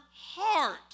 heart